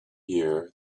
year